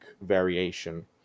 variation